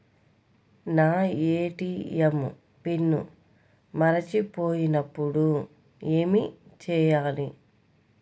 నా ATM pin మరచిపోయినప్పుడు ఏమి చేయాలి?